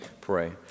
pray